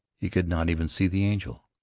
he could not even see the angel.